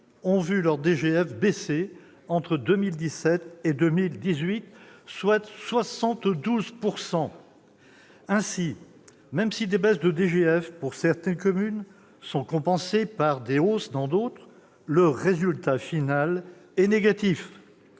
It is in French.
ont vu leur DGF baisser entre 2017 et 2018, soit 72 % d'entre elles. Eh oui ! Ainsi, même si des baisses de DGF pour certaines communes sont compensées par des hausses dans d'autres, le résultat final est négatif.